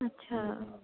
अच्छा